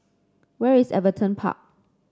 where is Everton Park